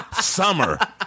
summer